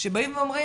ההורים האלה אומרים: